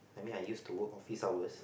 I mean I used to work office hours